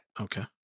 Okay